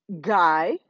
guy